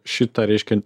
šitą reiškia